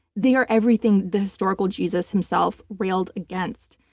they are everything the historical jesus himself railed against.